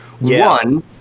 one